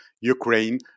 Ukraine